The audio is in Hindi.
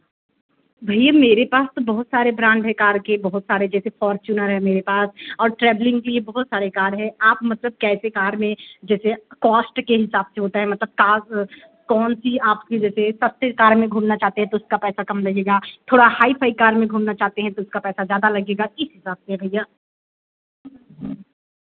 भैया मेरे पास तो बहुत सारे ब्रांड हैं कार की बहुत सारे जैसे फोरचूनर है मेरे पास और ट्रेवलिंग के लिए बहुत सारे कार हैं आप मतलब कैसे कार में जैसे कोस्ट के हिसाब होता है मतलब कार कौन सी आपके जैसे सस्ती कार में घूमना चाहते हैं तो उसका पैसा कम लगेगा थोड़ा हाई फाई कार में घूमना चाहते हैं तो उसका पैसा ज़्यादा लगेगा इस हिसाब से है भैया